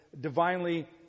divinely